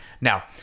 Now